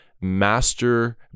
master